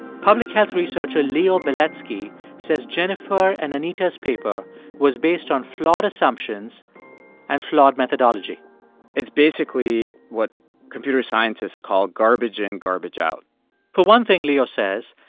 public health researcher leo beletsky says jennifer and anita's paper was based on flawed assumptions and flawed methodology it's basically what computer scientists call garbage in, garbage out for one thing, leo says,